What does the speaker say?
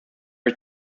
are